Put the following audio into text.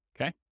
Okay